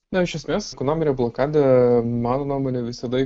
na iš esmės ekonominė blokada mano nuomone visada